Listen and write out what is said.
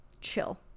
chill